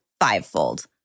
fivefold